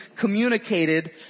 communicated